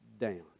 down